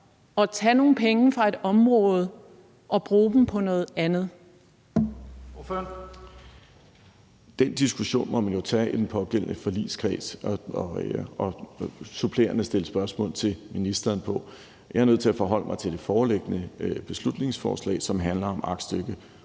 Lahn Jensen): Ordføreren. Kl. 11:39 Benny Engelbrecht (S): Den diskussion må man jo tage i den pågældende forligskreds og supplerende stille spørgsmål til ministeren. Jeg er nødt til at forholde mig til det foreliggende beslutningsforslag, som handler om aktstykke